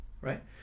right